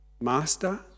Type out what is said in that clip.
Master